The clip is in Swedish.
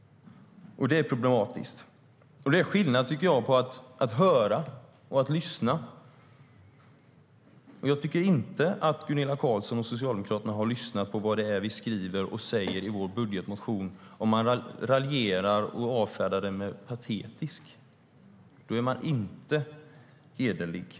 Det är problematiskt.